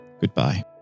goodbye